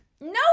No